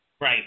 Right